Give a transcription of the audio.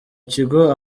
kigo